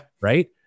Right